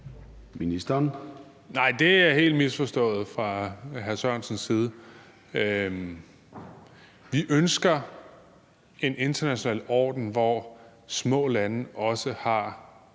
Bek): Nej, det er helt misforstået fra hr. Mikkel Bjørns side. Vi ønsker en international orden, hvor små lande også har